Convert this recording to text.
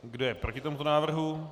Kdo je proti tomuto návrhu?